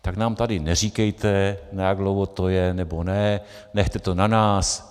Tak nám tady neříkejte, na jak dlouho to je nebo ne, nechte to na nás.